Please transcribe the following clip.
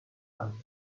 avis